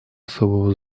особого